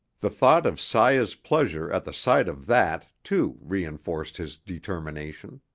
the thought of saya's pleasure at the sight of that, too, reinforced his determination.